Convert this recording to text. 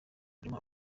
juma